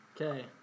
Okay